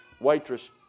waitress